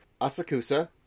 Asakusa